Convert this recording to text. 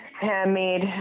Handmade